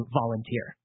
volunteer